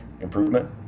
improvement